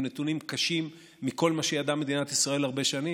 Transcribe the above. הם נתונים קשים מכל מה שידעה מדינת ישראל הרבה שנים.